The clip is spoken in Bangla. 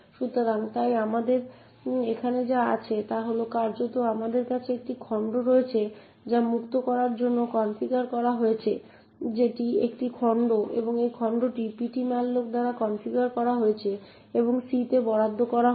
সুতরাং তাই আমাদের এখানে যা আছে তা হল কার্যত আমাদের কাছে একটি খণ্ড রয়েছে যা মুক্ত করার জন্য কনফিগার করা হয়েছে যেটি একটি খণ্ড এবং একই খণ্ডটি ptmalloc দ্বারা কনফিগার করা হয়েছে এবং সি তে বরাদ্দ করা হয়েছে